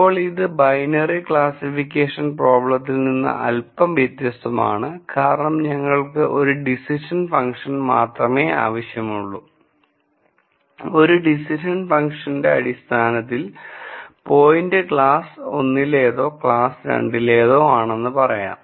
ഇപ്പോൾ ഇത് binary classification പ്രോബ്ലാത്തിൽ നിന്ന് അൽപം വ്യത്യസ്തമാണ് കാരണം ഞങ്ങൾക്ക് ഒരു ഡിസിഷൻ ഫംഗ്ഷൻ മാത്രമേ ആവശ്യമുള്ളൂ ഒരു ഡിസിഷൻ ഫംഗ്ഷന്റെ അടിസ്ഥാനത്തിൽ പോയിന്റ് ക്ലാസ് 1 ലേതോ ക്ലാസ് 2 ലേതോ ആണെന്ന് പറയാം